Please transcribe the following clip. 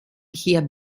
hier